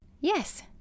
yes